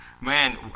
Man